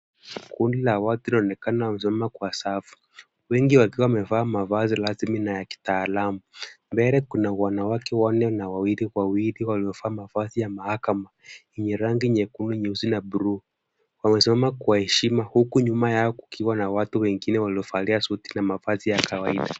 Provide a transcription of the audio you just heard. Kundi la watu linaonekana wamesimama kwa safu. Wengi wakiwa wamevaa mavazi rasmi na ya kitaalamu. Mbele kuna wanawake wanne na wawili wawili waliovalia mavazi ya mahakama yenye rangi nyekundu, nyeusi na bluu. Wamesimama kwa heshima huku nyuma yao kukiwa na watu wengine waliovalia suti na mavazi ya kawaida.